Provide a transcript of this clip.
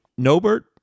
Nobert